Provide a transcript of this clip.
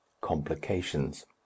Complications